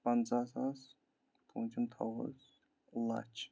پنٛژاہ ساس پٲنٛژِم تھاوَو لَچھ